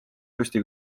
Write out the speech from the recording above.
püsti